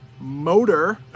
motor